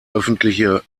öffentliche